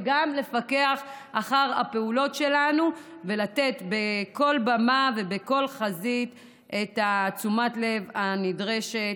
וגם לפקח אחר הפעולות שלנו ולתת בכל במה ובכל חזית את תשומת הלב הנדרשת,